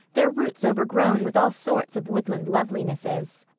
their roots overgrown with all sorts of woodland lovelinesses.